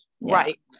Right